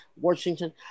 Washington